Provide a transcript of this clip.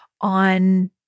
on